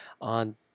on